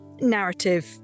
narrative